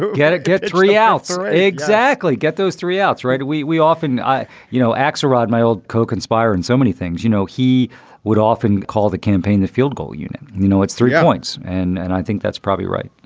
get it? get three outs. exactly exactly get those three outs. right. we we often i you know, axelrod, my old co conspire and so many things. you know, he would often call the campaign the field goal unit. you know, it's three points. and and i think that's probably right.